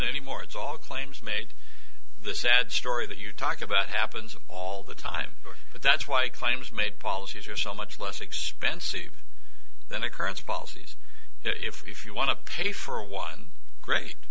anymore it's all claims made the sad story that you talk about happens all the time but that's why claims made policies are so much less expensive than the current policies if you want to pay for a one great